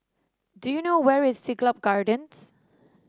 do you know where is Siglap Gardens